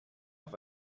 auf